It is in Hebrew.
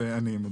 לסיכום,